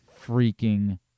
freaking